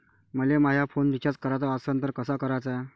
मले माया phone recharge कराचा असन तर कसा कराचा?